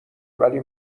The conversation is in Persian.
ولی